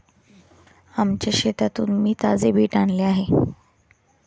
आमच्या शेतातून मी ताजे बीट आणले आहे